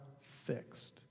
fixed